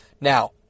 Now